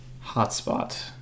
hotspot